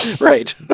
Right